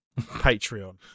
Patreon